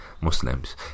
Muslims